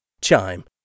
Chime